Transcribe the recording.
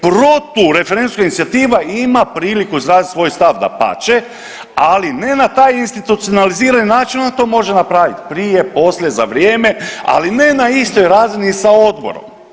Protureferendumska inicijativa ima priliku izraziti svoj stav, dapače, ali ne na taj institucionalizirani način ona to može napraviti prije poslije, za vrijeme, ali ne na istoj razini sa odborom.